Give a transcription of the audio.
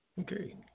Okay